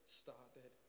started